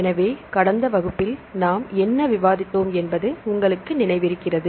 எனவே கடந்த வகுப்பில் நாம் என்ன விவாதித்தோம் என்பது உங்களுக்கு நினைவிருக்கிறது